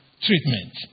treatment